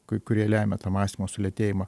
ku kurie lemia tą mąstymo sulėtėjimą